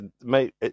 mate